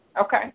Okay